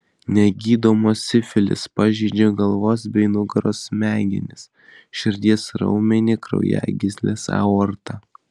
negydomas sifilis pažeidžia galvos bei nugaros smegenis širdies raumenį kraujagysles aortą